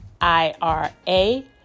I-R-A